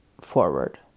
forward